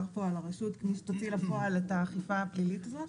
כאן על הרשות - תוציא לפועל את האכיפה הפלילית הזאת